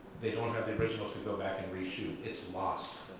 they don't have the originals to go back and reshoot. it's lost.